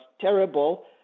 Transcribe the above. terrible